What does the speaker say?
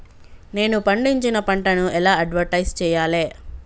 నేను పండించిన పంటను ఎలా అడ్వటైస్ చెయ్యాలే?